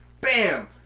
bam